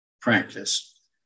practice